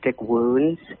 wounds